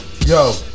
Yo